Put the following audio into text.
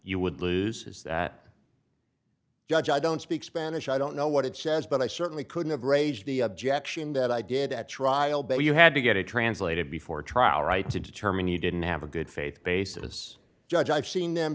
you would lose is that judge i don't speak spanish i don't know what it says but i certainly couldn't have raged the objection that i did at trial but you had to get it translated before trial right to determine you didn't have a good faith basis judge i've seen them